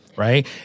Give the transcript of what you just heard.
Right